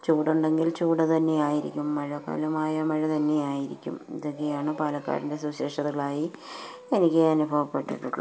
ചൂടുണ്ടെങ്കിൽ ചൂട് തന്നെയായിരിക്കും മഴക്കാലമായാല് മഴ തന്നെയായിരിക്കും ഇതൊക്കെയാണ് പാലക്കാടിൻ്റെ സവിശേഷങ്ങളായി എനിക്ക് അനുഭവപ്പെട്ടിട്ടുള്ളത്